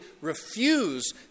refuse